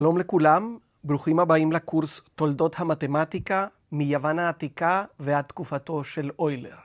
שלום לכולם, ברוכים הבאים לקורס תולדות המתמטיקה מיוון העתיקה ועד תקופתו של אוילר.